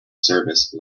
service